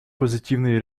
позитивные